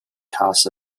costs